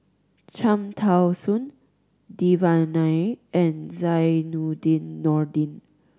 Cham Tao Soon Devan Nair and Zainudin Nordin